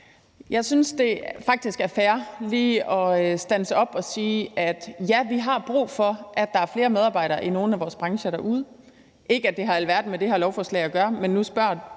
Jeg synes, at det faktisk er fair lige at standse op og sige: Ja, vi har brug for, at der er flere medarbejdere i nogle af vores brancher derude. Det er ikke for at sige, at det har alverden med det her forslag at gøre, men nu spørger